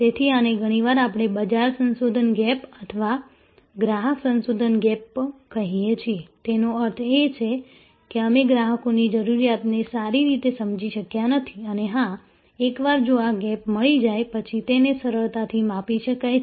તેથી આને ઘણીવાર આપણે બજાર સંશોધન ગેપ અથવા ગ્રાહક સંશોધન ગેપ કહીએ છીએ તેનો અર્થ એ કે અમે ગ્રાહકોની જરૂરિયાતને સારી રીતે સમજી શક્યા નથી અને હા એકવાર જો આ ગેપ મળી જાય પછી તેને સરળતાથી માપી શકાય છે